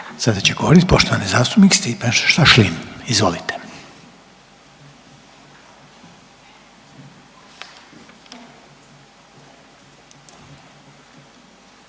Sada će govorit poštovani zastupnik Stipan Šašlin. Izvolite.